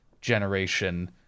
generation